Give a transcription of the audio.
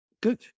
Good